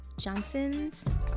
Johnson's